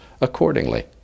accordingly